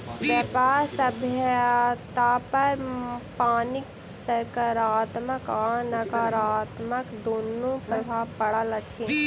मानव सभ्यतापर पानिक साकारात्मक आ नाकारात्मक दुनू प्रभाव पड़ल अछि